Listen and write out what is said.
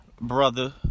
brother